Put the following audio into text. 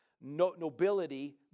nobility